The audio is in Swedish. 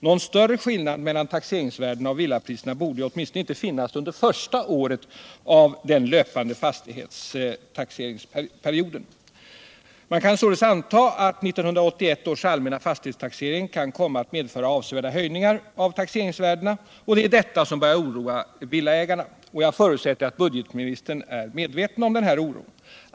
Någon större skillnad mellan taxeringsvärdena och villapriserna borde åtminstone inte finnas under det första året av den löpande fastighetstaxeringsperioden. Man kan således anta att 1981 års allmänna fastighetstaxering kan komma att medföra avsevärda höjningar av taxeringsvärdena, och det är detta som börjar oroa villaägarna. Jag förutsätter att budgetministern är medveten om denna oro.